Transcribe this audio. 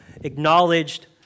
acknowledged